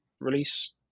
release